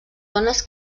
dones